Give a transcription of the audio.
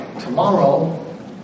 Tomorrow